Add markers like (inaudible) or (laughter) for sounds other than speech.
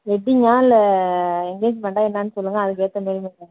வெட்டிங்கா இல்லை என்கேஜ்மெண்ட்டா என்னான்னு சொல்லுங்கள் அதற்கேத்தமாரி நான் (unintelligible)